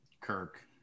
Kirk